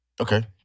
Okay